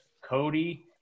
Cody